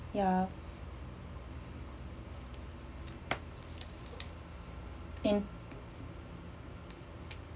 ya in